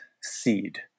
seed